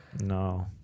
No